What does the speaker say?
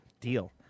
Deal